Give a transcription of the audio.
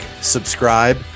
subscribe